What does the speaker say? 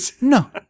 No